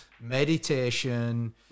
meditation